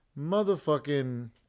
motherfucking